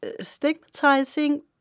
stigmatizing